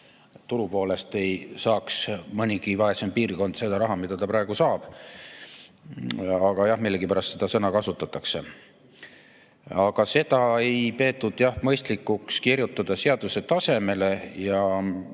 seisukohalt ei saaks mõnigi vaesem piirkond seda raha, mis ta praegu saab. Aga jah, millegipärast seda sõna kasutatakse. Seda ei peetud, jah, mõistlikuks kirjutada seaduse tasemele.